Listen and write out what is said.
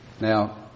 Now